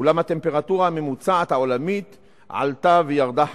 אולם הטמפרטורה הממוצעת העולמית עלתה וירדה חליפות.